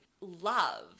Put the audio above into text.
love